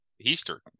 easter